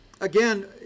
again